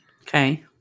Okay